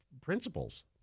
principles